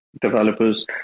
developers